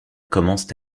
commencent